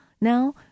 now